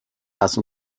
lass